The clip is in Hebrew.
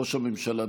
ראש הממשלה,